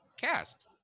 cast